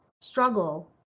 struggle